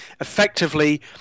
Effectively